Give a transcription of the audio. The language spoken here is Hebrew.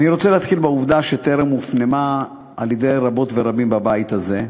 אני רוצה להתחיל בעובדה שטרם הופנמה אצל רבות ורבים בבית הזה: